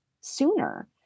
sooner